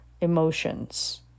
emotions